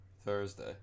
Thursday